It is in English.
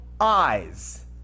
eyes